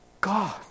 God